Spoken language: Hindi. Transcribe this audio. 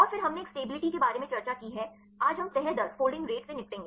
और फिर हमने एक स्टेबिलिटी के बारे में चर्चा की है आज हम तह दर से निपटेंगे